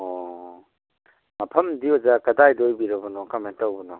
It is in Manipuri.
ꯑꯣ ꯃꯐꯝꯗꯤ ꯑꯣꯖꯥ ꯀꯗꯥꯏꯗ ꯑꯣꯏꯕꯤꯔꯕꯅꯣ ꯀꯃꯥꯏꯅ ꯇꯧꯕꯅꯣ